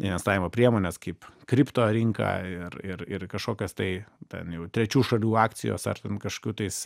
investavimo priemones kaip kripto rinką ir ir kažkokias tai ten jau trečių šalių akcijos ar ten kažkokių tais